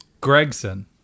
Gregson